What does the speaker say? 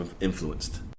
influenced